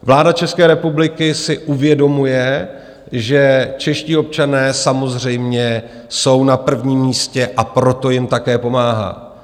Vláda České republiky si uvědomuje, že čeští občané samozřejmě jsou na prvním místě, a proto jim také pomáhá.